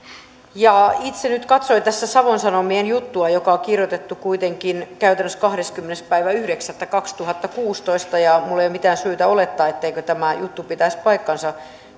itse nyt katsoin tässä savon sanomien juttua joka on kirjoitettu kuitenkin käytännössä kahdeskymmenes yhdeksättä kaksituhattakuusitoista ja minulla ei ole mitään syytä olettaa etteikö tämä juttu pitäisi paikkansa